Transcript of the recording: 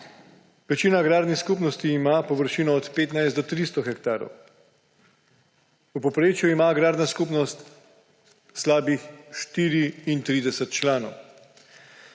Večina agrarnih skupnosti ima površino od 15 do 300 hektarjev. V povprečju ima agrarna skupnost slabih 34 članov.